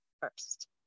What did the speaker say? first